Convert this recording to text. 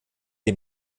die